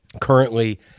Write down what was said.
currently